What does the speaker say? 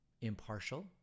impartial